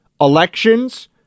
elections